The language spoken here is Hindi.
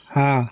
हाँ